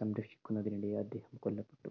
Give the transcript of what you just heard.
സംരക്ഷിക്കുന്നതിനിടെ അദ്ദേഹം കൊല്ലപ്പെട്ടു